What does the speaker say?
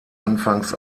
anfangs